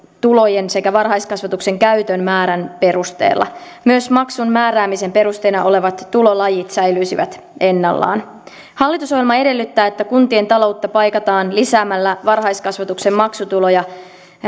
tulojen sekä varhaiskasvatuksen käytön määrän perusteella myös maksun määräämisen perusteena olevat tulolajit säilyisivät ennallaan hallitusohjelma edellyttää että kuntien taloutta paikataan lisäämällä varhaiskasvatuksen maksutuloja